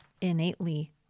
innately